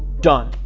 done.